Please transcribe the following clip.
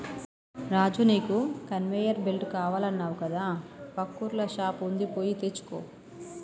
రాజు నీకు conveyor belt కావాలన్నావు కదా పక్కూర్ల షాప్ వుంది పోయి తెచ్చుకో